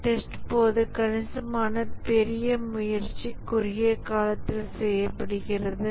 test போது கணிசமாக பெரிய முயற்சி குறுகிய காலத்தில் செய்யப்படுகிறது